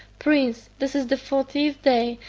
prince, this is the fortieth day,